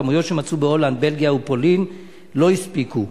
הכמויות שמצאו בהולנד, בלגיה ופולין לא הספיקו.